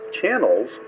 channels